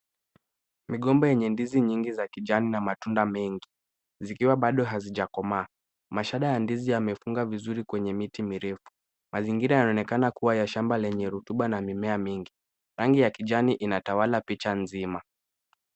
Migomba yenye ndizi mingi za kijani na matunda mengi zikiwa bado hazijakomaa. Mashada ya ndizi yamefunga vizuri kwenye miti mirefu. Mazingira yanaonekana kuwa ya shamba lenye rotuba na mimea mingi. Rangi ya kijani inatawala picha nzima.